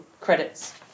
Credits